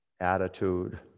Attitude